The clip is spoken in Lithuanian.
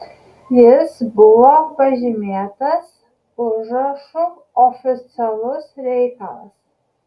jis buvo pažymėtas užrašu oficialus reikalas